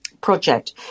project